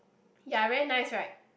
ya very nice right